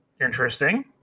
interesting